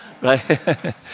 right